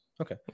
Okay